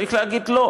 צריך להגיד לא.